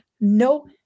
no